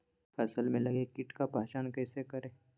फ़सल में लगे किट का पहचान कैसे करे?